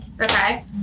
Okay